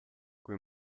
kui